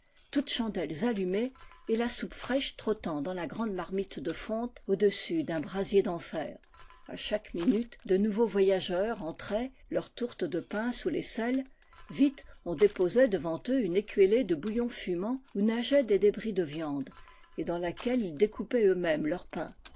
toutes chandelles allumées et la soupe fraîche trottant dans la grande marmite de fonte au-dessus d'un brasier d'enfer a chaque minute de nou veaux voyageurs entraient leur tourte de pain sous l'ais selle vite on déposait devant eux une écuellée de bouillon fumant où nageaient des débris de viande et dans laquelle ils découpaient eux-mêmes leur pain